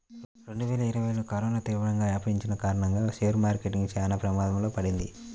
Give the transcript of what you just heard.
రెండువేల ఇరవైలో కరోనా తీవ్రంగా వ్యాపించిన కారణంగా షేర్ మార్కెట్ చానా ప్రమాదంలో పడింది